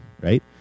right